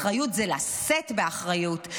אחריות זה לשאת באחריות,